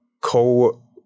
co